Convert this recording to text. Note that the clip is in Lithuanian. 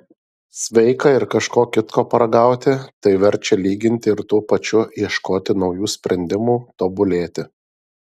sveika ir kažko kitko paragauti tai verčia lyginti ir tuo pačiu ieškoti naujų sprendimų tobulėti